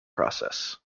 process